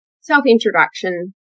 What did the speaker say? self-introduction